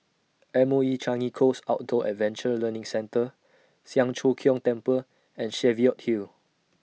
M O E Changi Coast Outdoor Adventure Learning Centre Siang Cho Keong Temple and Cheviot Hill